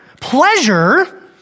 pleasure